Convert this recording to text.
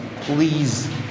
please